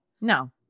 no